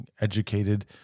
educated